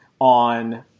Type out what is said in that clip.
on